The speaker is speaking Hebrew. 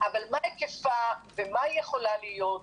אבל מה היקפה ומה היא יכולה להיות,